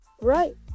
Right